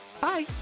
Bye